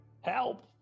Help